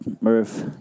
Murph